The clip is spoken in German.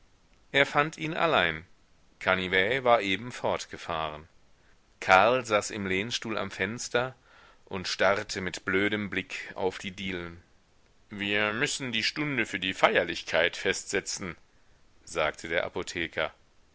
er fand ihn allein canivet war eben fortgefahren karl saß im lehnstuhl am fenster und starrte mit blödem blick auf die dielen wir müssen die stunde für die feierlichkeit festsetzen sagte der apotheker